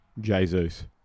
Jesus